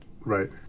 Right